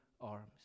arms